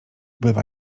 bywa